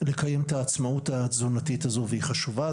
לקיים את העצמאות התזונתית הזו, והיא חשובה.